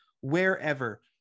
wherever